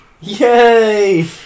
Yay